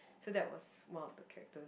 so that was one of the characters